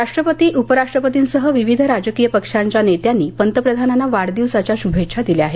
राष्ट्रपती उपराष्ट्रपतींसह विविध राजकीय पक्षांच्या नेत्यांनी पंतप्रधानांना वाढदिवसाच्या शुभेच्छा दिल्या आहेत